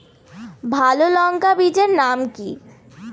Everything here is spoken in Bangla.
ভালো লঙ্কা বীজের নাম কি?